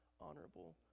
honorable